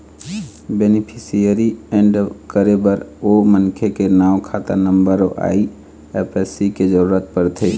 beneficiary add करे बर ओ मनखे के नांव, खाता नंबर अउ आई.एफ.एस.सी के जरूरत परथे